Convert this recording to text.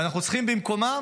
ואנחנו צריכים במקומם